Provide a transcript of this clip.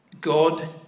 God